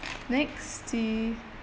next in